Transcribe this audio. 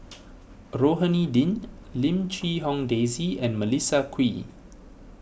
Rohani Din Lim Quee Hong Daisy and Melissa Kwee